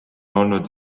olnud